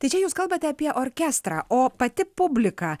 tai čia jūs kalbate apie orkestrą o pati publika